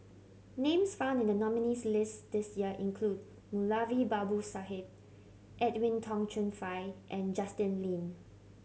names found in the nominees' list this year include Moulavi Babu Sahib Edwin Tong Chun Fai and Justin Lean